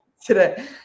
Today